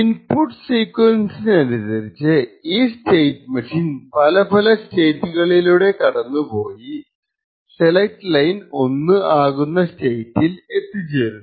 input സീക്വൻസിനനുസരിച്ച് ഈ state machine പല പല സ്റ്റേറ്റുകളിലൂടെ കടന്നു പോയി സെലെക്റ്റ് ലൈൻ 1 ആകുന്ന സ്റ്റേറ്റിൽ എത്തിച്ചേരുന്നു